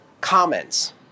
comments